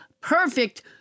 perfect